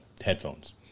headphones